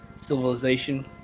civilization